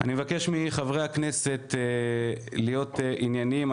אני מבקש מחברי הכנסת להיות ענייניים.